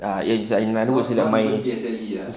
ya it's like in other words it's like my